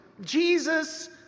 Jesus